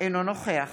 אינו נוכח